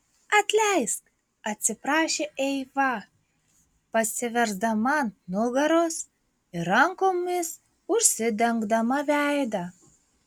atleisk atsiprašė eiva pasiversdama ant nugaros ir rankomis užsidengdama veidą